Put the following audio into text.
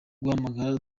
guhamagara